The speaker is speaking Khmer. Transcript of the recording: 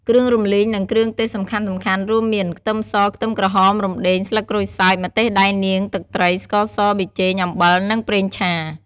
គ្រឿងរំលីង និងគ្រឿងទេសសំខាន់ៗរួមមាន ខ្ទឹមស ខ្ទឹមក្រហម រុំដេង ស្លឹកក្រូចសើច ម្ទេសដៃនាង ទឹកត្រី ស្ករស ប៊ីចេង អំបិល និងប្រេងឆា។